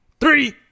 three